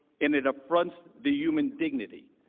and it affronts the human dignity.